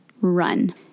run